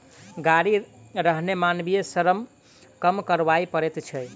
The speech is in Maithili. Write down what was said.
गाड़ी रहने मानवीय श्रम कम करय पड़ैत छै